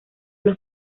los